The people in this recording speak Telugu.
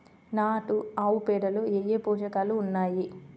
నాటు ఆవుపేడలో ఏ ఏ పోషకాలు ఉన్నాయి?